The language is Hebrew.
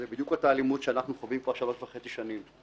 זו בדיוק אותה אלימות שאנחנו חווים כבר שלוש וחצי שנים.